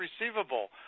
receivable